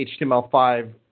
HTML5